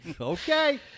Okay